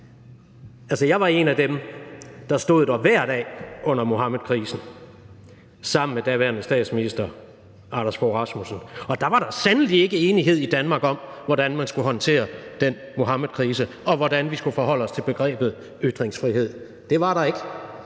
Altså, jeg var en af dem, der stod der hver dag under Muhammedkrisen, sammen med daværende statsminister Anders Fogh Rasmussen, og der var der sandelig ikke enighed i Danmark om, hvordan man skulle håndtere den Muhammedkrise, og hvordan vi skulle forholde os til begrebet ytringsfrihed; det var der ikke.